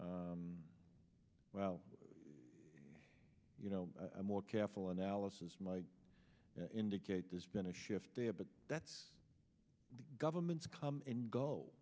well you know a more careful analysis might indicate there's been a shift there but that's governments come and go